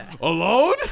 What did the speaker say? alone